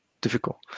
difficult